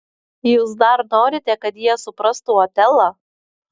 jūs dar norite kad jie suprastų otelą